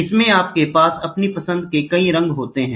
इसमें आपके पास अपनी पसंद के कई रंग होते हैं